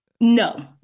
no